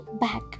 back